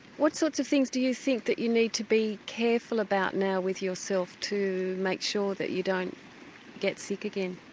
what sorts of things do you think that you need to be careful about now with yourself to make sure that you don't get sick again?